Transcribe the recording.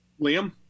Liam